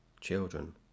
children